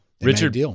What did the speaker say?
Richard